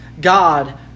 God